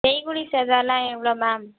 செய்கூலி சேதாரம்லாம் எவ்வளோ மேம்